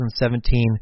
2017